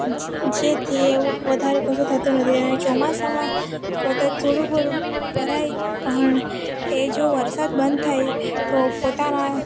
જે જેથી એવું વધારે કશું થતું નથી અને ચોમાસાંમાં કદાચ થોડું ઘણું ભરાય પણ એ જો વરસાદ બંધ થાય તો પોતાના